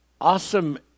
awesome